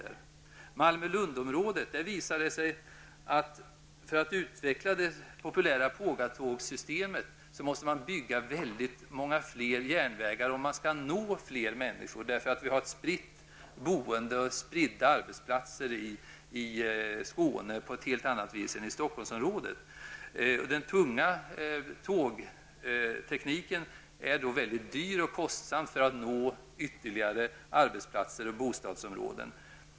I Malmö--Lund-området visar det sig att för att man skall kunna utveckla det populära pågatågssystemet, måste man bygga många fler järnvägar om man skall kunna nå flera människor, eftersom boendet och arbetsplatserna är spridda på ett helt annat sätt än i Stockholmsområdet. Den tunga tågtekniken är mycket dyr och kostsam om den skall användas för nå ytterligare arbetsplatser och bostadsområden.